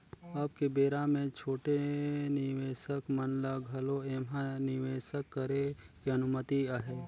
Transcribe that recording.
अब के बेरा मे छोटे निवेसक मन ल घलो ऐम्हा निवेसक करे के अनुमति अहे